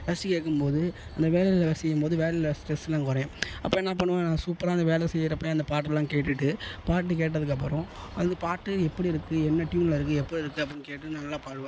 ரசித்து கேட்கும் போது அந்த வேலையில் செய்யும் போது வேலையில் ஸ்ட்ரெஸ்லாம் குறையும் அப்புறோம் என்ன பண்ணுவேன் நான் சூப்பராக அந்த வேலை செய்கிறப்பையே அந்த பாட்டுலாம் கேட்டுட்டு பாட்டு கேட்டதுக்கப்புறோம் அது பாட்டு எப்படி இருக்குது என்ன ட்யூனில் இருக்குது எப்படி இருக்குது அப்படின்னு கேட்டு நல்லா பாடுவேன்